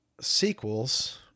sequels